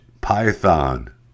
Python